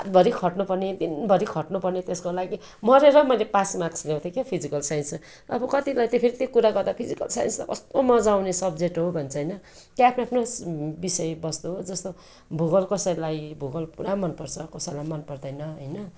भरि खट्नु पर्ने दिनभरि खट्नु पर्ने त्यसको लागि मरेर मैले पास मार्क्स ल्याउथे क्या फिजिकल साइन्समा अब कतिलाई त फेरि त्यो कुरा गर्दा फिजिकल साइन्स त कस्तो मजा आउने सब्जेक्ट हो भन्छ होइन त्यो आफ्नो आफ्नो विषयवस्तु हो जस्तो भूगोल कसैलाई भूगोल पुरा मनपर्छ कसैलाई मन पर्दैन होइन